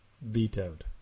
Vetoed